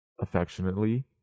affectionately